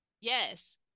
yes